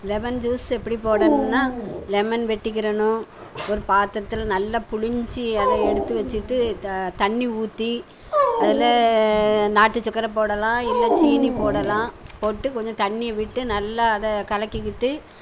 lemon juice எப்படி போடணுன்னால் lemon வெட்டிக்கிடணும் ஒரு பாத்திரத்துல நல்ல புழிஞ்சு அதை எடுத்து வச்சுட்டு த தண்ணி ஊற்றி அதில் நாட்டு சக்கரை போடலாம் இல்லை சீனி போடலாம் போட்டு கொஞ்சம் தண்ணி விட்டு நல்லா அதை கலக்கிக்கிட்டு